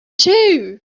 too